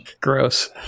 Gross